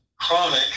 chronic